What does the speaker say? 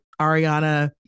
Ariana